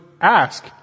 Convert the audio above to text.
ask